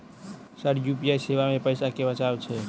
Sir UPI सेवा मे पैसा केँ बचाब छैय?